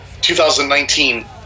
2019